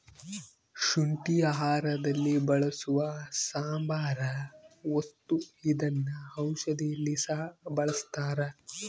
ಶುಂಠಿ ಆಹಾರದಲ್ಲಿ ಬಳಸುವ ಸಾಂಬಾರ ವಸ್ತು ಇದನ್ನ ಔಷಧಿಯಲ್ಲಿ ಸಹ ಬಳಸ್ತಾರ